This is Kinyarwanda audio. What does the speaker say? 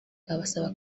abasaba